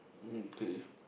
okay